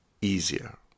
easier